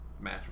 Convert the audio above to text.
match